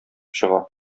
чыга